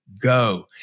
go